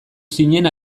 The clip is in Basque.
zinen